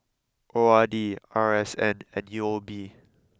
O R D R S N and U O B